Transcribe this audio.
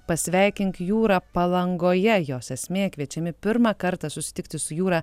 pasveikink jūrą palangoje jos esmė kviečiami pirmą kartą susitikti su jūra